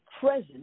present